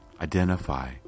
identify